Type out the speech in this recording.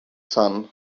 sun